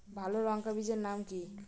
ভালো লঙ্কা বীজের নাম কি?